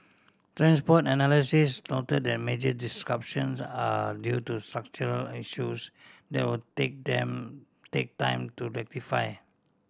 transport analysts noted that major disruptions are due to structural issues that will take time take time to rectify